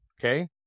Okay